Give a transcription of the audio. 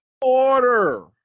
order